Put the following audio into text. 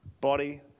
body